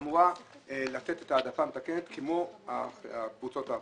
אמורה לתת את ההעדפה המתקנת כמו לקבוצות האחרות.